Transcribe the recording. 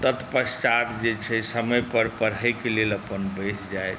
तत्पश्चात जे छै समयपर पढ़ैके लेल अपन बैसि जाएत